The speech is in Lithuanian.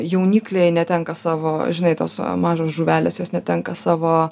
jaunikliai netenka savo žinai tos mažos žuvelės jos netenka savo